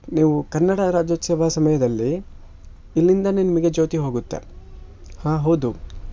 ನೀವು ಕನ್ನಡ ರಾಜ್ಯೋತ್ಸವ ಸಮಯದಲ್ಲಿ ಇಲ್ಲಿಂದಾನೇ ನಿಮಗೆ ಜ್ಯೋತಿ ಹೋಗುತ್ತೆ ಹಾಂ ಹೌದು